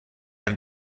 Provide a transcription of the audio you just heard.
have